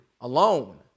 alone